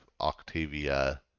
Octavia